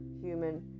human